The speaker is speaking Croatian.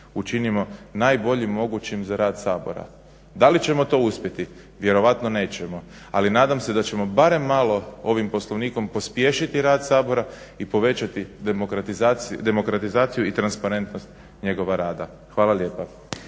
učinimo najboljim mogućim za rad Sabora. Da li ćemo to uspjeti, vjerojatno nećemo. Ali nadam se da ćemo barem malo ovim Poslovnikom pospješiti rad Sabora i povećati demokratizaciju i transparentnost njegova rada. Hvala lijepa.